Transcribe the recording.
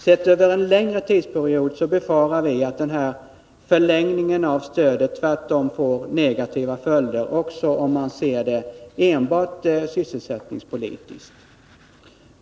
Sett över en längre tidsperiod befarar vi att förlängningen av stödet tvärtom får negativa följder också om man ser det hela enbart från sysselsättningspolitisk synpunkt.